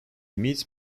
meets